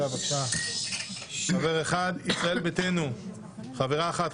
לישראל ביתנו חברה אחת,